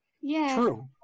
true